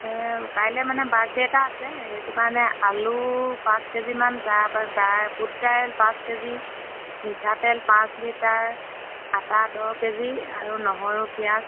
কাইলৈ মানে বাৰ্থডে এটা আছে সেইটো কাৰণে আলু পাঁচ কে জিমান তাৰপৰা দাইল বুট দাইল পাঁচ কে জি মিঠাতেল পাঁচ লিটাৰ আটা দহ কে জি আৰু নহৰু পিঁয়াজ